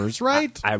right